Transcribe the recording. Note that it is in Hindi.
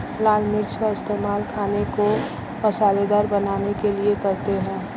लाल मिर्च का इस्तेमाल खाने को मसालेदार बनाने के लिए करते हैं